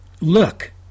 look